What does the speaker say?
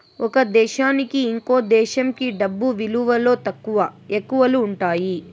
ఒక దేశానికి ఇంకో దేశంకి డబ్బు విలువలో తక్కువ, ఎక్కువలు ఉంటాయి